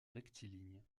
rectiligne